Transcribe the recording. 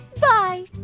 bye